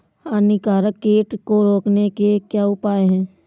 हानिकारक कीट को रोकने के क्या उपाय हैं?